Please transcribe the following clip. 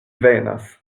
venas